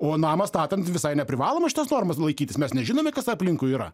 o namą statant visai neprivaloma šitos normos laikytis mes nežinome kas aplinkui yra